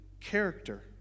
character